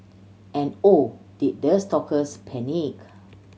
and oh did the stalkers panic